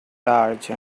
large